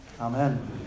Amen